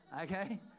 Okay